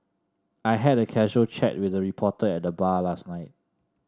I had a casual chat with a reporter at the bar last night